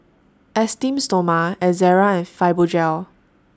Esteem Stoma Ezerra and Fibogel